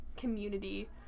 community